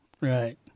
Right